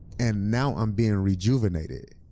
and now i'm being rejuvenated.